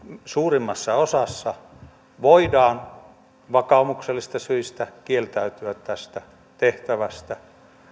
suurimmassa osassa voidaan vakaumuksellisista syistä kieltäytyä tästä tehtävästä